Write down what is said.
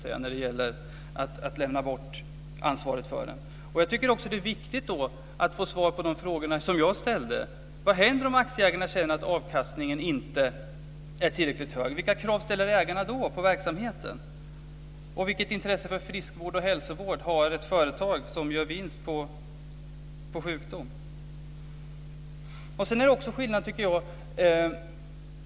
Jag tycker därför att det är viktigt att få svar på de frågor som jag ställde: Vad händer om aktieägarna anser att avkastningen inte är tillräckligt hög? Vilka krav ställer ägarna på verksamheten då? Och vilket intresse för friskvård och hälsovård har ett företag som gör vinst på sjukdomar? Sedan finns det också en annan skillnad.